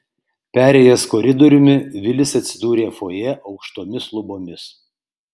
perėjęs koridoriumi vilis atsidūrė fojė aukštomis lubomis